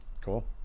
Cool